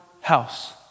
house